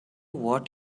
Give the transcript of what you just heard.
what